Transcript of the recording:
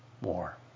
more